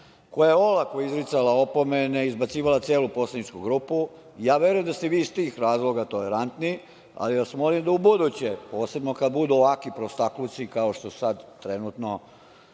koja je olako izricala opomene, izbacivala celu poslaničku grupu. Ja verujem da ste vi iz tih razloga tolerantni, ali vas molim da ubuduće, posebno kada budu ovakvi prostakluci, kao što sad trenutno